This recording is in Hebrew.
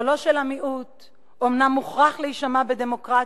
קולו של המיעוט אומנם מוכרח להישמע בדמוקרטיה,